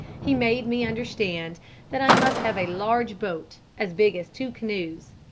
he made me understand that i must have a large boat as big as two canoes.